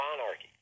monarchy